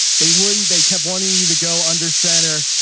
they wouldn't, they kept wanting you to go under center.